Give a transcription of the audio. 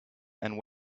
and